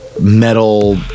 metal